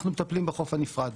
אנחנו מטפלים בחוף הנפרד.